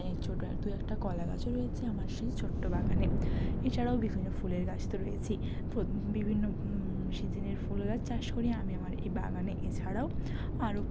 এই ছোটো অ্যা দু একটা কলা গাছও রয়েছে আমার সেই ছোট্টো বাগানে এছাড়াও বিভিন্ন ফুলের গাছ তো রয়েছেই ফু বিভিন্ন সিজিনের ফুল গাছ চাষ করি আমি আমার এই বাগানে এছাড়াও আরও